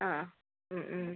ആ